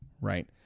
right